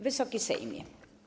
Wysoki Sejmie!